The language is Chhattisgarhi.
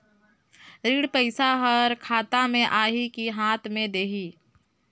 ऋण पइसा हर खाता मे आही की हाथ मे देही?